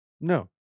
No